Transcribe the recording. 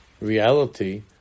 reality